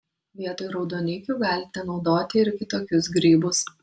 vietoj raudonikių galite naudoti ir kitokius grybus